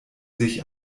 sich